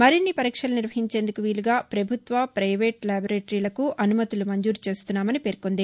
మరిన్ని పరీక్షలు నిర్వహించేందుకు వీలుగా పభుత్వ ప్రైవేటు ల్యాబొరేటరీలకు అనుమతులు మంజూరు చేస్తున్నామని పేర్కొంది